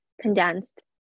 condensed